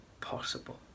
possible